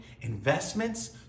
investments